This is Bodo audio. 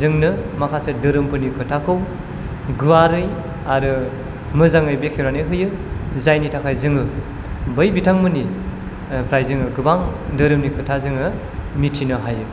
जोंनो माखासे धोरोमफोरनि खोथाखौ गुवारै आरो मोजाङै बेखेवनानै होयो जायनि थाखाय जोङो बै बिथांमोननि फ्राय जोङो गोबां धोरोमनि खोथा जोङो मिथिनो हायो